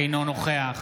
אינו נוכח